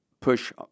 push